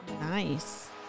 Nice